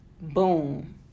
boom